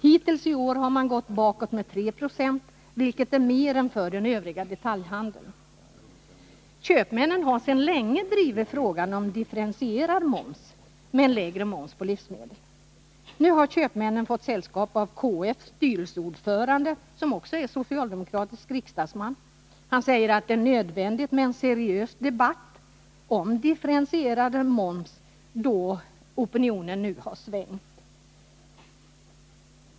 Hittills i år har man gått bakåt med 3 90. vilket är mer än för den övriga detaljhandeln. Köpmännen har sedan länge drivit frågan om differentierad moms, med en lägre moms på livsmedel. Nu har köpmännen fått sällskap av KF:s styrelseordförande. som också är socialdemokratisk riksdagsman. Han säger att det är nödvändigt med en seriös debatt när det gäller differentierad moms. då opinionen nu svängt.